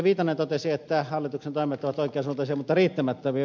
viitanen totesi että hallituksen toimet ovat oikean suuntaisia mutta riittämättömiä